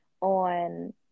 on